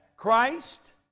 Christ